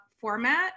format